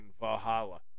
Valhalla